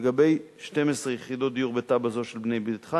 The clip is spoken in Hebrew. לגבי 12 יחידות דיור בתב"ע זו של "בנה ביתך",